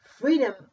Freedom